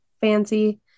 fancy